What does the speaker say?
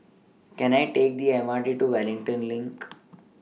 Can I Take The M R T to Wellington LINK